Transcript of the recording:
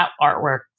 artwork